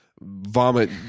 vomit